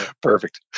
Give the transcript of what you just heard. Perfect